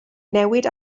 newid